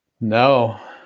No